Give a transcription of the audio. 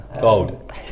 gold